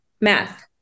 Math